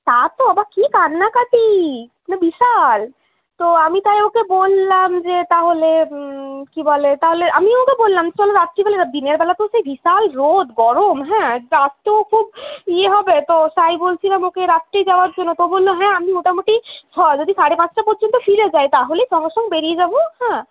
তার তো বাবা কি কান্নাকাটি মানে বিশাল তো আমি তাই ওকে বললাম যে তাহলে কি বলে তাহলে আমিও ওকে বললাম চলো রাত্রি বেলা যাই দিনের বেলা তো সেই বিশাল রোধ গরম হ্যাঁ তার তো খুব ইয়ে হবে তো তাই বলছিলাম ওকে রাত্রেই যাওয়ার জন্য তো ও বলল হ্যাঁ আমি মোটামোটি ছ যদি সাড়ে পাঁচটা পর্যন্ত ফিরে যায় তাহলে সঙ্গে সঙ্গে বেরিয়ে যাবো হ্যাঁ